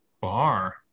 bar